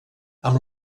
amb